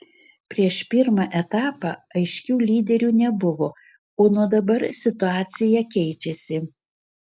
prieš pirmą etapą aiškių lyderių nebuvo o nuo dabar situacija keičiasi